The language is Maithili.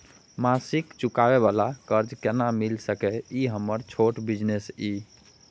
मासिक चुकाबै वाला कर्ज केना मिल सकै इ हमर छोट बिजनेस इ?